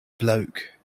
bloke